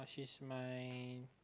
this my